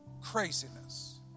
Craziness